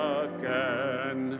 again